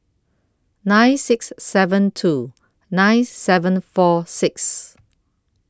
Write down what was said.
nine six seven two nine seven four six